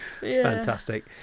fantastic